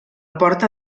porta